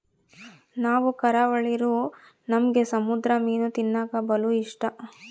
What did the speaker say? ನಾವು ಕರಾವಳಿರೂ ನಮ್ಗೆ ಸಮುದ್ರ ಮೀನು ತಿನ್ನಕ ಬಲು ಇಷ್ಟ